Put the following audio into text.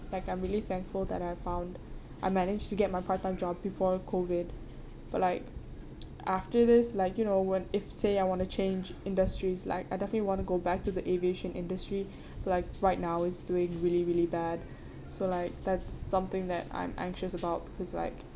like I'm really thankful that I found I managed to get my part time job before COVID but like after this like you know when if say I want to change industries like I definitely want to go back to the aviation industry like right now it's doing really really bad so like that's something that I'm anxious about because like